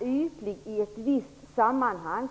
i ett visst sammanhang.